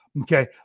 Okay